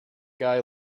guy